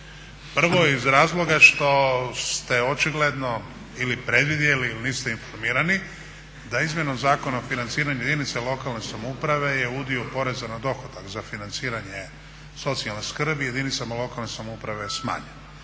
Prvo iz razloga što ste očigledno ili predvidjeli ili niste informirani da Izmjenom zakona o financiranju jedinica lokalne samouprave je udio poreza na dohodak za financiranje socijalne skrbi jedinicama lokalne samouprave je smanjena.